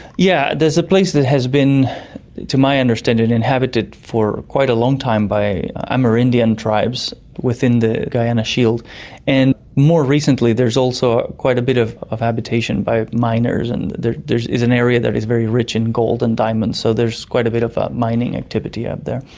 yeah there's a place that has been to my understanding inhabited for quite a long time by amerindian tribes within the guyana shield and more recently there's also quite a bit of of habitation by miners. and there is an area that is very rich in gold and diamonds, so there's quite a bit of mining activity up there.